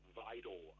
vital